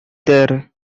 their